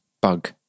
bug